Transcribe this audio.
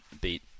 beat